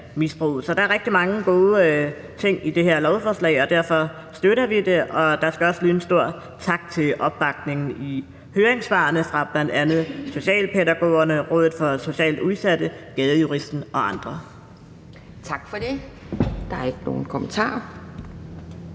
misbrug. Så der er rigtig mange gode ting i det her lovforslag, og derfor støtter vi det. Der skal også lyde en stor tak for opbakningen i høringssvarene fra bl.a. Socialpædagogerne, Rådet for Socialt Udsatte, Gadejuristen og andre. Kl. 11:45 Anden næstformand